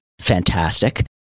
fantastic